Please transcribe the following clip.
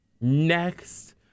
Next